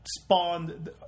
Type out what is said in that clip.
spawned